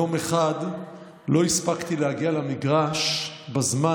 יום אחד לא הספקתי להגיע למגרש בזמן